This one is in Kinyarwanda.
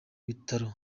bitaro